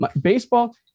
baseball